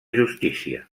justícia